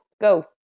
go